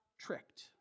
tricked